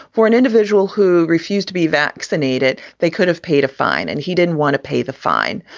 for an individual who refused to be vaccinated, they could have paid a fine and he didn't want to pay the fine.